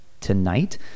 tonight